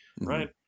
right